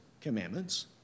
commandments